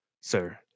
sir